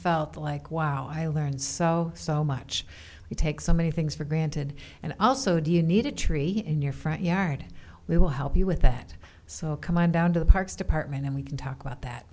felt like wow i learned so much to take so many things for granted and also do you need a tree in your front yard we will help you with that so come on down to the parks department and we can talk about that